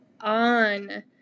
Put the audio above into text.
on